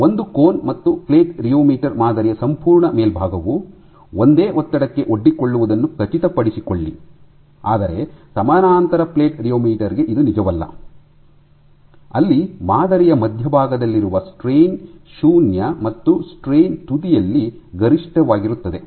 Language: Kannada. ಈಗ ಒಂದು ಕೋನ್ ಮತ್ತು ಪ್ಲೇಟ್ ರಿಯೋಮೀಟರ್ ಮಾದರಿಯ ಸಂಪೂರ್ಣ ಮೇಲ್ಭಾಗವು ಒಂದೇ ಒತ್ತಡಕ್ಕೆ ಒಡ್ಡಿಕೊಳ್ಳುವುದನ್ನು ಖಚಿತಪಡಿಸಿಕೊಳ್ಳಿ ಆದರೆ ಸಮಾನಾಂತರ ಪ್ಲೇಟ್ ರಿಯೋಮೀಟರ್ ಗೆ ಇದು ನಿಜವಲ್ಲ ಅಲ್ಲಿ ಮಾದರಿಯ ಮಧ್ಯಭಾಗದಲ್ಲಿರುವ ಸ್ಟ್ರೈನ್ ಶೂನ್ಯ ಮತ್ತು ಸ್ಟ್ರೈನ್ ತುದಿಯಲ್ಲಿ ಗರಿಷ್ಠವಾಗಿರುತ್ತದೆ